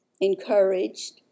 encouraged